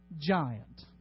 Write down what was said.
giant